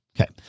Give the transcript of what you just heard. Okay